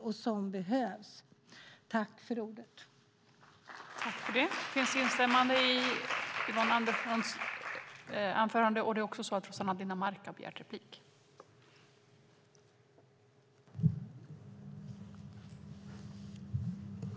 I detta anförande instämde Annika Eclund .